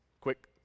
Quick